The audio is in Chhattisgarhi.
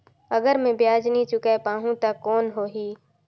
अगर मै ब्याज नी चुकाय पाहुं ता कौन हो ही?